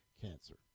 cancer